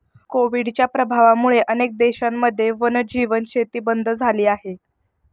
कोविडच्या प्रभावामुळे अनेक देशांमध्ये वन्यजीव शेती बंद झाली आहे